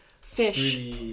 Fish